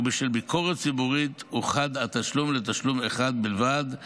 ובשל ביקורת ציבורית אוחד התשלום לתשלום אחד בלבד,